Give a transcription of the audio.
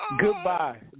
goodbye